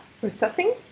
processing